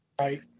Right